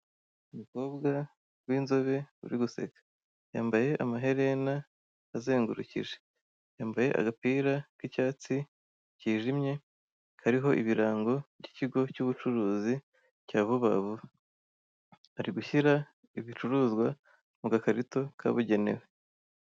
Umukobwa w'inzobe uri guseka. Yambaye amaherena azengurukije. Yambaye agapira k'icyatsi cyijumye, kariho ibirango by'ikigo cy'ubucuruzi cya vuba vuba. Ari gushyira ibicuruzwa mu gakarito kabugenewe.